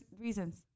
reasons